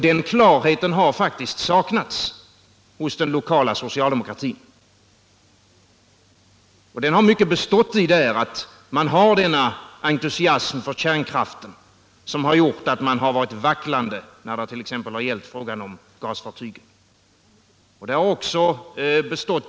Den klarheten har faktiskt saknats hos den lokala socialdemokratin. Det har mycket berott på att man där hyser denna entusiasm för kärnkraften, vilket gjort att man varit vacklande när det t.ex. gällt frågan om gasfartygen.